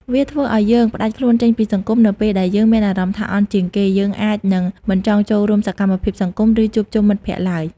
វាធ្វើឲ្យយើងផ្តាច់ខ្លួនចេញពីសង្គម នៅពេលដែលយើងមានអារម្មណ៍ថាអន់ជាងគេ យើងអាចនឹងមិនចង់ចូលរួមសកម្មភាពសង្គម ឬជួបជុំមិត្តភក្តិឡើយ។